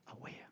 aware